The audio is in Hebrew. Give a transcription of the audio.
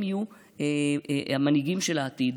הם יהיו המנהיגים של העתיד.